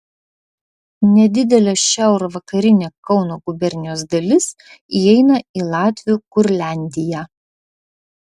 nedidelė šiaurvakarinė kauno gubernijos dalis įeina į latvių kurliandiją